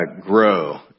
grow